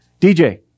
DJ